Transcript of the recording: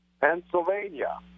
Pennsylvania